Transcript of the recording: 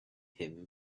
him